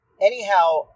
Anyhow